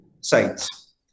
sites